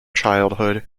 childhood